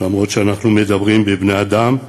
אפילו שאנחנו מדברים בבני-אדם,